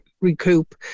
recoup